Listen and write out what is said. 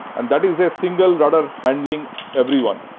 and that is a single rudder handling everyone.